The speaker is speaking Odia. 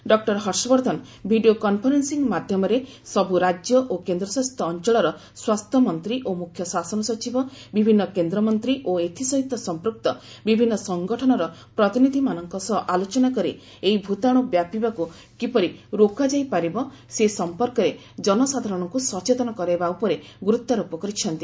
ଡକ୍ଟର ହର୍ଷବର୍ଦ୍ଧନ ଭିଡ଼ିଓ କନ୍ଫରେନ୍ସିଂ ମାଧ୍ୟମରେ ସବୁ ରାଜ୍ୟ ଓ କେନ୍ଦ୍ରଶାସିତ ଅଞ୍ଚଳର ସ୍ୱାସ୍ଥ୍ୟମନ୍ତ୍ରୀ ଓ ମୁଖ୍ୟଶାସନ ସଚିବ ବିଭିନ୍ନ କେନ୍ଦ୍ରମନ୍ତ୍ରୀ ଓ ଏଥିସହିତ ସଂପୂକ୍ତ ବିଭିନ୍ନ ସଂଗଠନର ପ୍ରତିନିଧିମାନଙ୍କ ସହ ଆଲୋଚନା କରି ଏହି ଭୂତାଣୁ ବ୍ୟାପିବାକୁ କିପରି ରୋକାଯାଇ ପାରିବ ସେ ସଂପର୍କରେ ଜନସାଧାରଣଙ୍କୁ ସଚେତନ କରାଇବା ଉପରେ ଗୁରୁତ୍ୱାରୋପ କରିଛନ୍ତି